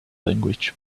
language